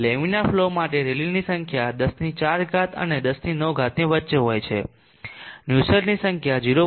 laminar flow માટે રેલીની સંખ્યા 104 અને 109 ની વચ્ચે હોય છે નુસેલ્ટની સંખ્યા 0